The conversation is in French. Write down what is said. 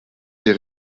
des